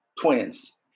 twins